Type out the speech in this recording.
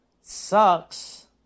sucks